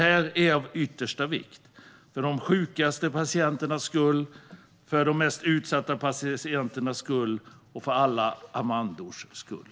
Detta är av yttersta vikt för de sjukaste patienternas skull, för det mest utsatta patienternas skull och för alla Amandors skull.